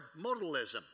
modalism